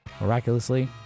Miraculously